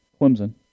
Clemson